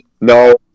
no